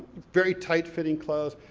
very tight fitting clothes.